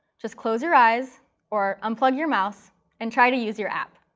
just close your eyes or unplug your mouse and try to use your app.